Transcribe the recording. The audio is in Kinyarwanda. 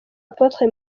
apotre